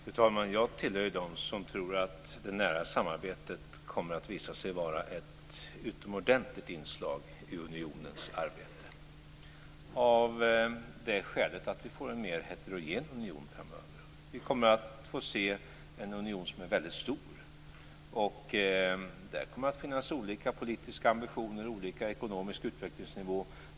Fru talman! Jag tillhör dem som tror att det nära samarbetet kommer att visa sig vara ett utomordentligt inslag i unionens arbete, av det skälet att vi får en mer heterogen union framöver. Vi kommer att få se en union som är väldigt stor och där det kommer att finnas olika politiska ambitioner och olika ekonomisk utvecklingsnivå.